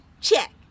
check